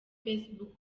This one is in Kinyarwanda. facebook